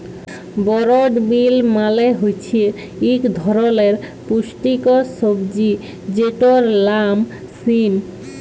বরড বিল মালে হছে ইক ধরলের পুস্টিকর সবজি যেটর লাম সিম